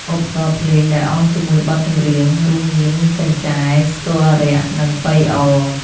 ឧបករណ៍ភ្លេងដែលអមជាមួយបទចម្រៀង រួមមានកញ្ឆែ ស្គរអារក្ស និងប៉ីអរ។